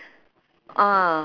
ah